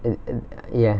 e~ e~ ya